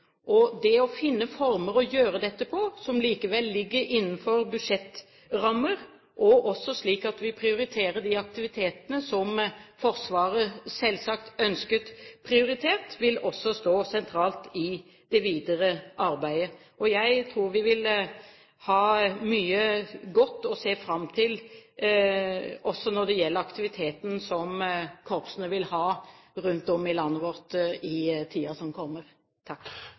Det å finne former å gjøre dette på som likevel ligger innenfor budsjettrammer, slik at vi prioriterer de aktivitetene som Forsvaret selvsagt ønsker prioritert, vil stå sentralt i det videre arbeidet. Jeg tror vi vil ha mye godt å se fram til også når det gjelder aktiviteten som korpsene vil ha rundt om i landet vårt i tiden som kommer.